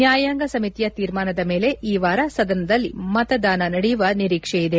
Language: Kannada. ನ್ಯಾಯಾಂಗ ಸಮಿತಿಯ ತೀರ್ಮಾನದ ಮೇಲೆ ಈ ವಾರ ಸದನದಲ್ಲಿ ಮತದಾನ ನಡೆಯುವ ನಿರೀಕ್ಷೆ ಇದೆ